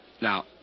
Now